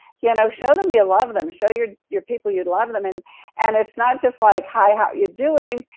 yeah know, show them you love them, show your your people you love them, and and it's not just like, hi, how you doing?